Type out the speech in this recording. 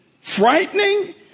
Frightening